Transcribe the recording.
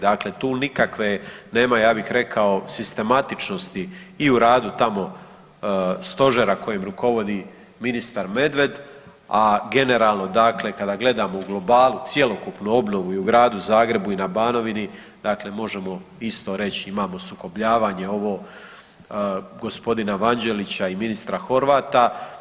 Dakle, tu nikakve nema ja bih rekao sistematičnosti i u radu tamo stožera kojem rukovodi ministar Medved, a generalno dakle kada gledamo u globalu cjelokupnu obnovu i u gradu Zagrebu i na Banovini, dakle možemo isto reć imamo sukobljavanje ovo g. Vanđelića i ministra Horvata.